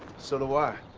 so do i.